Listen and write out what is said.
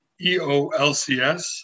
EOLCS